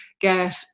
get